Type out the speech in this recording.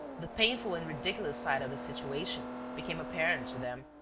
the painful and ridiculous side of the situation became apparent to them.